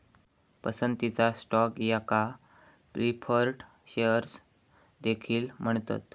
पसंतीचा स्टॉक याका preferred shares देखील म्हणतत